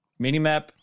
Minimap